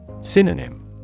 Synonym